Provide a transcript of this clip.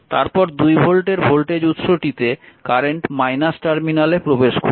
তারপর 2 ভোল্টের ভোল্টেজ উৎসটিতে কারেন্ট টার্মিনালে প্রবেশ করছে